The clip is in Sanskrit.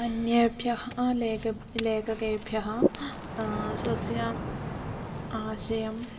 अन्येभ्यः लेखः लेखकेभ्यः स्वस्य आशयम्